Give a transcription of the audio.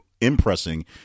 impressing